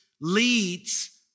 leads